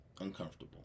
Uncomfortable